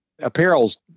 Apparels